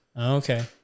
Okay